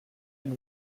and